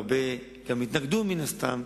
והרבה גם יתנגדו מן הסתם,